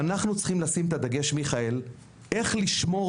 אנחנו צריכים לשים את הדגש על איך לשמור